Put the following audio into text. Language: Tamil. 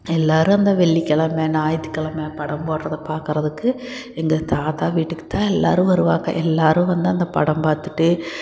எல்லாரும் அந்த வெள்ளிக்கிலம ஞாயித்துக்கெலம படம் போடுறத பார்க்கறதுக்கு எங்கள் தாத்தா வீட்டுக்குதான் எல்லாரும் வருவாங்க எல்லாரும் வந்து அந்த படம் பார்த்துட்டு